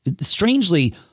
Strangely